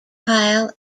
kyle